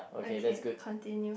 okay continue